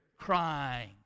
crying